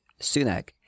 sunak